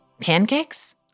Pancakes